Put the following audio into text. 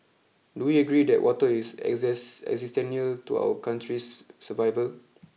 do we agree that water is exists existential to our country's survival